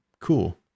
cool